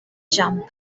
jump